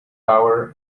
tower